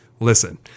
Listen